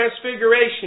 Transfiguration